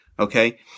Okay